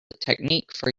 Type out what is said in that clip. technique